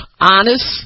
honest